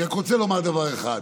אני רק רוצה לומר דבר אחד: